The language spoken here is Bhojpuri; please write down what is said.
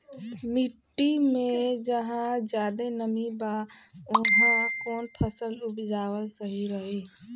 मिट्टी मे जहा जादे नमी बा उहवा कौन फसल उपजावल सही रही?